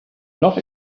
not